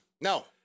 No